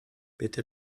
bitte